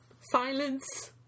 silence